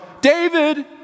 David